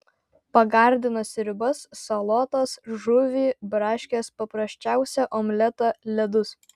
pagardina sriubas salotas žuvį braškes paprasčiausią omletą ledus